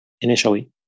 initially